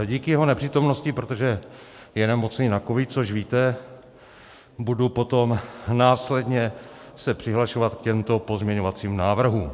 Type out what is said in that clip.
Díky jeho nepřítomnosti, protože je nemocný na covid, což víte, budu potom následně se přihlašovat k těmto pozměňovacím návrhům.